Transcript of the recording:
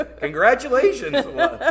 Congratulations